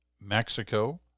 Mexico